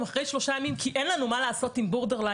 אחרי שלושה ימים כי אין לנו מה לעשות עם בורדרליין.